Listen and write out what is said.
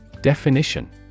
Definition